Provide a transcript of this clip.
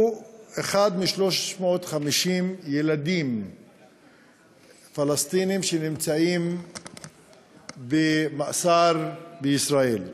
הוא אחד מ-350 ילדים פלסטינים שנמצאים במאסר בישראל.